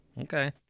Okay